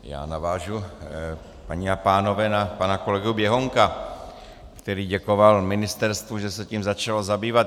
Já navážu, paní a pánové, na pana kolegu Běhounka, který děkoval ministerstvu, že se tím začalo zabývat.